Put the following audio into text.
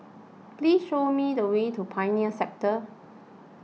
please show me the way to Pioneer Sector